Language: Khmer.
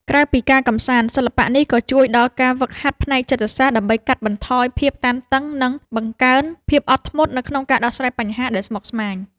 ក្រៅពីការកម្សាន្ត សិល្បៈនេះក៏ជួយដល់ការហ្វឹកហាត់ផ្នែកចិត្តសាស្ត្រ ដើម្បីកាត់បន្ថយភាពតានតឹង និងបង្កើនភាពអត់ធ្មត់នៅក្នុងការដោះស្រាយបញ្ហាដែលស្មុគស្មាញ។